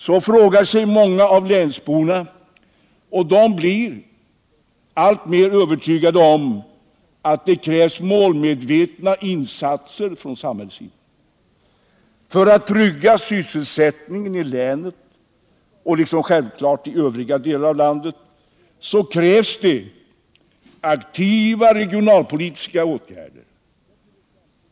Så frågar sig många av länsborna, och de blir alltmer övertygade om att det krävs målmedvetna insatser från samhällets sida. För att trygga elsättningen i länet, liksom självfallet-i övriga delar av landet, krävs aktiva regionalpolitiska åtgärder.